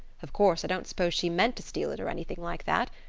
of course, i don't suppose she meant to steal it or anything like that.